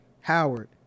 Howard